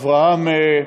את אברהם,